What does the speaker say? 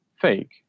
fake